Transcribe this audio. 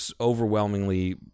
overwhelmingly